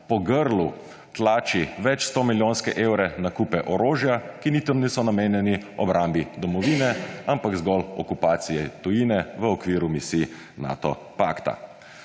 po grlu tlači večstomilijonske evre nakupe orožja, ki niti tam niso namenjeni obrambi domovine, ampak zgolj okupaciji tujine v okviru misij Nato pakta.